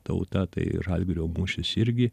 tauta tai žalgirio mūšis irgi